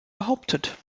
behauptet